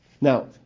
Now